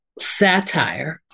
satire